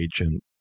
agent